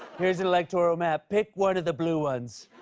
here's an electoral map. pick one of the blue ones.